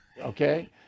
Okay